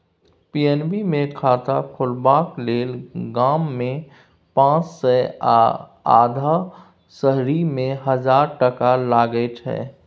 PNB मे खाता खोलबाक लेल गाममे पाँच सय आ अधहा शहरीमे हजार टका लगै छै